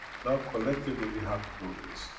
now, collectively, we have to do this.